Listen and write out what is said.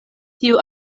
tiu